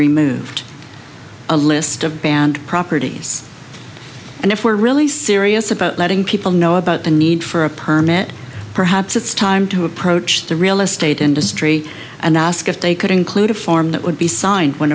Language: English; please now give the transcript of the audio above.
removed a list of banned properties and if we're really serious about letting people know about the need for a permit perhaps it's time who approached the real estate industry and ask if they could include a form that would be signed when